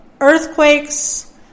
earthquakes